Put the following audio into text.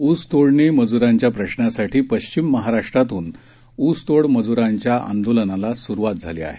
ऊसतोडणी मजुरांच्या प्रश्नासाठी पश्चिम महाराष्ट्रातून ऊसतोड मजुरांच्या आंदोलनाला सुरवात झाली आहे